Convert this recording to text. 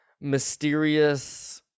mysterious